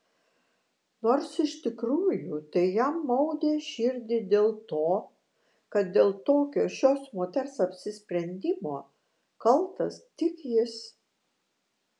nors iš tikrųjų tai jam maudė širdį dėl to kad dėl tokio šios moters apsisprendimo kaltas tik jis